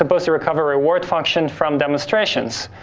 ah but to cover reward function from demonstrations.